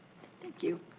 thank you.